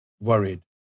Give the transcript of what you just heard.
worried